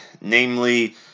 namely